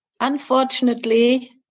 unfortunately